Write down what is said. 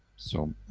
so,